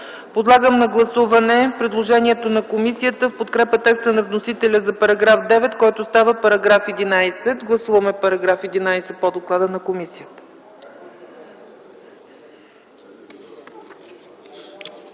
Подлагам на гласуване предложението на комисията, в подкрепа текста на вносителя, за § 9, който става § 11. Гласуваме § 11 по доклада на комисията.